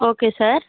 okay sir